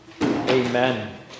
Amen